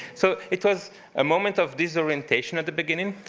so it was a moment of disorientation at the beginning,